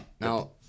Now